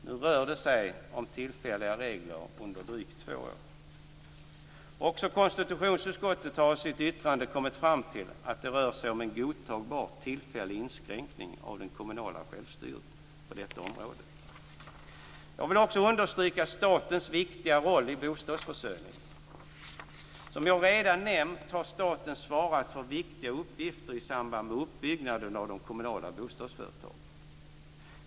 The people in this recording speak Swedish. Nu rör det sig om tillfälliga regler under drygt två år. Också konstitutionsutskottet har i sitt yttrande kommit fram till att det rör sig om en godtagbar tillfällig inskränkning av det kommunala självstyret på detta område. Jag vill också understryka statens viktiga roll i bostadsförsörjningen. Som jag redan nämnt har staten svarat för viktiga uppgifter i samband med uppbyggnaden av de kommunala bostadsföretagen.